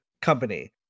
company